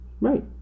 right